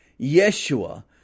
Yeshua